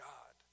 God